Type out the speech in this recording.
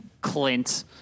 Clint